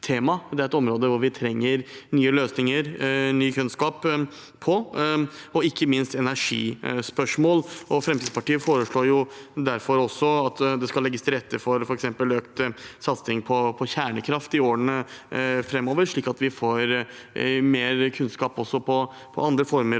det er et område hvor vi trenger nye løsninger og ny kunnskap – og ikke minst energispørsmål. Fremskrittspartiet foreslår derfor at det skal legges til rette for f.eks. økt satsing på kjernekraft i årene framover, slik at vi får mer kunnskap om andre former